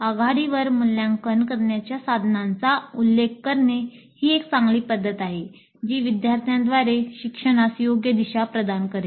आघाडीवर मूल्यांकन करण्याच्या साधनांचा उल्लेख करणे ही एक चांगली पद्धत आहे जी विद्यार्थ्यांद्वारे शिक्षणास योग्य दिशा प्रदान करेल